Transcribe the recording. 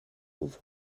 pauvre